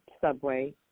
subway